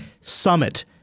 Summit